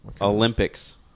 Olympics